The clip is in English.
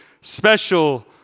special